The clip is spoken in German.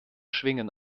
schwingen